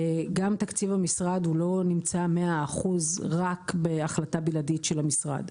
גם תקציב המשרד לא נמצא 100% רק בהחלטה בלעדית של המשרד.